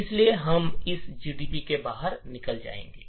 इसलिए अब हम जीडीबी से बाहर निकल जाएंगे